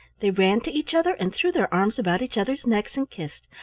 they ran to each other and threw their arms about each other's necks and kissed,